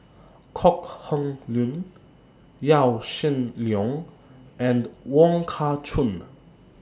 Kok Heng Leun Yaw Shin Leong and Wong Kah Chun